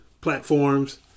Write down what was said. platforms